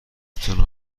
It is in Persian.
تون